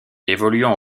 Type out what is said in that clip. évoluant